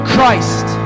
Christ